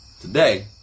today